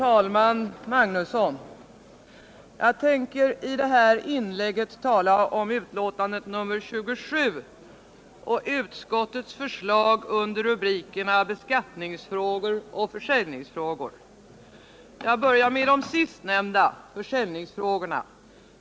Herr talman! Jag tänker i det här inlägget tala om betänkandet nr 27 och utskottets förslag under rubrikerna Beskattningsfrågor och Försäljningsfrågor. | Jag börjar med de sistnämnda, försäljningsfrågorna,.